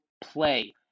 play